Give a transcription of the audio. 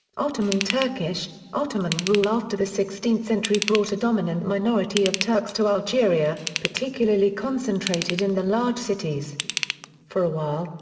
ottoman turkish ottoman rule after the sixteenth century brought a dominant minority of turks to algeria, particularly concentrated in the large cities for a while,